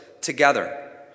together